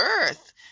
earth